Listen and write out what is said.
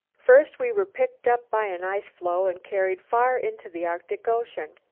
first we were picked up by an ice-floe and carried far into the arctic ocean.